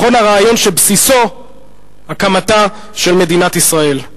לכל הרעיון שבסיסו הקמתה של מדינת ישראל.